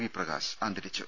V Prakash അന്തരിച്ചു